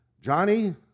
Johnny